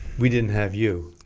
we didn't have you